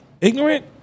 Ignorant